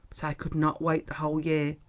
but i could not wait the whole year.